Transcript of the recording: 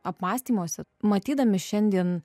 apmąstymuose matydami šiandien